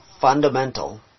fundamental